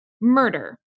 murder